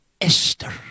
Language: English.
Esther